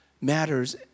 matters